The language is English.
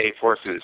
forces